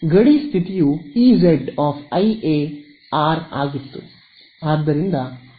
ಗಡಿ ಸ್ಥಿತಿಯು Z I A R ಆಗಿತ್ತು